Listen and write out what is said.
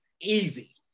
easy